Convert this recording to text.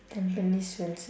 tampines swensen's